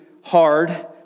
hard